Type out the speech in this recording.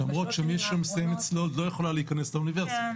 למרות שמי שמסיימת את סולד לא יכולה להיכנס לאוניברסיטה.